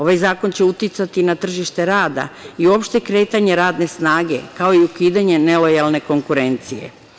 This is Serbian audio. Ovaj zakon će uticati na tržište rada i uopšte kretanje radne snage, kao i ukidanje nelojalne konkurencije.